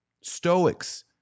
Stoics